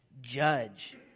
judge